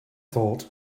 thought